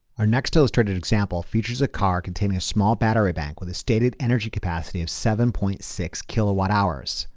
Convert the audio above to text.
our next illustrated example features a car containing a small battery bank with a stated energy capacity of seven point six kilowatt hours.